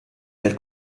del